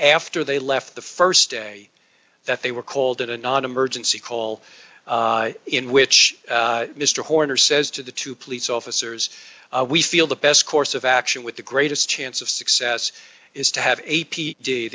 after they left the st day that they were called in a non emergency call in which mr horner says to the two police officers we feel the best course of action with the greatest chance of success is to have a p